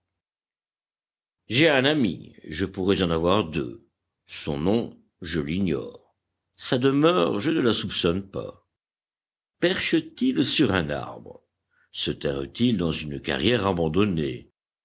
j'ai un ami je pourrais en avoir deux son nom je l'ignore sa demeure je ne la soupçonne pas perche t il sur un arbre se terre t il dans une carrière abandonnée